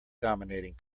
dominating